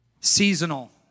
Seasonal